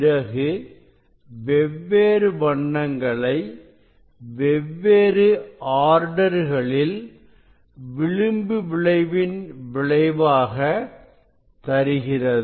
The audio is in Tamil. பிறகு வெவ்வேறு வண்ணங்களை வெவ்வேறு ஆர்டர்களில் விளிம்பு விளைவின் விளைவாக தருகிறது